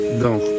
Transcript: Donc